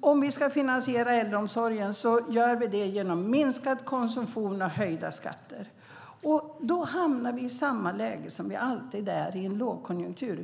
Om vi ska finansiera äldreomsorgen gör vi det genom minskad konsumtion och höjda skatter. Då hamnar vi i samma läge som vi alltid är i under en lågkonjunktur.